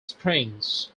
springs